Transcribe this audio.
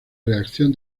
reacción